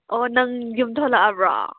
ꯑꯣ ꯅꯪ ꯌꯨꯝ ꯊꯣꯂꯛꯑꯕ꯭ꯔꯣ